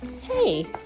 Hey